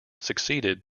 succeeded